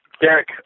Derek